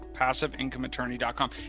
PassiveIncomeAttorney.com